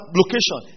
location